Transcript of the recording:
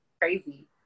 crazy